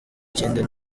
ikindi